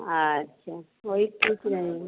अच्छा वही पूछ रहे हैं